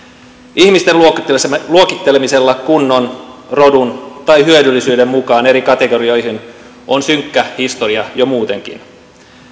ihmisten luokittelemisella luokittelemisella kunnon rodun tai hyödyllisyyden mukaan eri kategorioihin on synkkä historia jo muutenkin